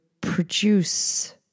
produce